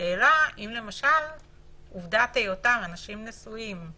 השאלה אם עובדת היותם אנשים נשואים,